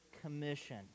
Commission